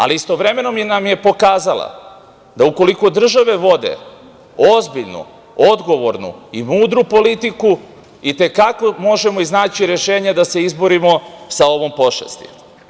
Ali, istovremeno nam je pokazala da ukoliko države vode ozbiljnu i odgovornu i mudru politiku, i te kako možemo naći rešenje da se izborimo, sa ovom pošasti.